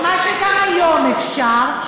מה שגם היום אפשר.